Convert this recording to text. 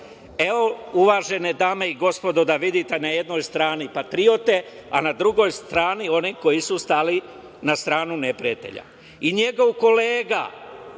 uvažene dame i gospodo, da vidite na jednoj strani patriote, a na drugoj strani one koji su stali na stranu neprijatelja. NJegov kolega,